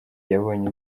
yabonye